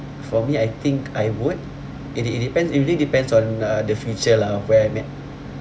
for me I think I would it de~ it depends it really depends on uh the future lah of where I'm at